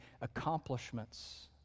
accomplishments